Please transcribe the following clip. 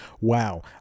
Wow